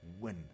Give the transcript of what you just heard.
win